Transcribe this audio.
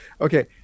Okay